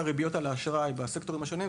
הריביות של האשראי בסקטורים השונים,